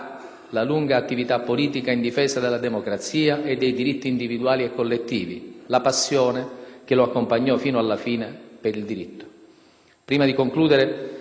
la lunga attività politica in difesa della democrazia e dei diritti individuali e collettivi, la passione - che lo accompagnò fino alla fine - per il diritto. Prima di concludere,